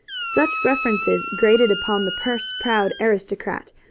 such references grated upon the purse-proud aristocrat,